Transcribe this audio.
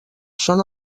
són